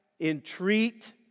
entreat